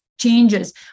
changes